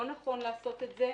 לא נכון לעשות את זה.